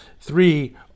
Three